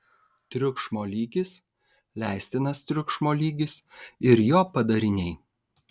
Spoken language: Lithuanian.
triukšmo lygis leistinas triukšmo lygis ir jo padariniai